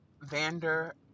vander